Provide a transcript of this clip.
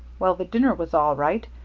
well, the dinner was all right.